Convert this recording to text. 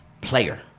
player